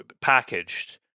packaged